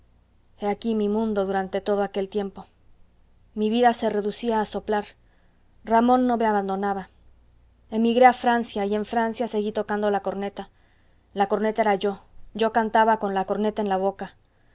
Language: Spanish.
aquí mi mundo durante todo aquel tiempo mi vida se reducía a soplar ramón no me abandonaba emigré a francia y en francia seguí tocando la corneta la corneta era yo yo cantaba con la corneta en la boca